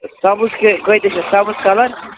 سبٕز کۭتِس چھُ سبٕز کلر